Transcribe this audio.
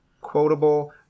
quotable